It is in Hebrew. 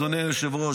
אדוני היושב-ראש,